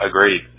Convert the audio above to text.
agreed